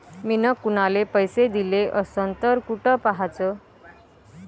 मिन कुनाले पैसे दिले असन तर कुठ पाहाचं?